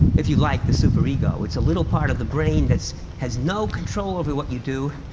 if you like the superego, it's a little part of the brain that has no control over what you do,